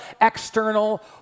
external